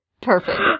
Perfect